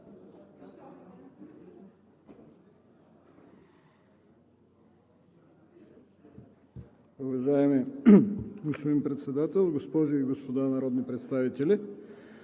Уважаеми господин Председател, госпожи и господа народни представители!